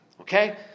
Okay